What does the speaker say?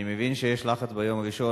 אני מבין שיש לחץ ביום ראשון.